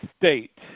state